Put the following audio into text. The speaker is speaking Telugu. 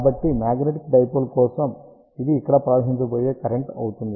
కాబట్టి మాగ్నెటిక్ డైపోల్ కోసం ఇది ఇక్కడ ప్రవహించబోయే కరెంట్ అవుతుంది